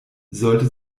sollte